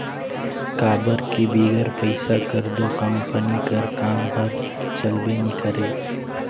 काबर कि बिगर पइसा कर दो कंपनी कर काम हर चलबे नी करे